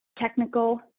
technical